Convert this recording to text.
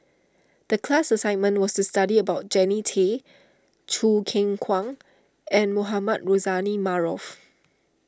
the class assignment was to study about Jannie Tay Choo Keng Kwang and Mohamed Rozani Maarof